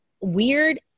weird